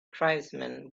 tribesman